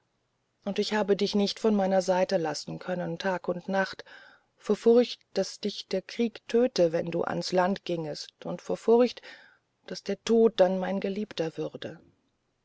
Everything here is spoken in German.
und ich habe dich nicht von meiner seite lassen können tag und nacht vor furcht daß dich der krieg töte wenn du ans land gingest und vor furcht daß der tod dann mein geliebter würde